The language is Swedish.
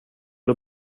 det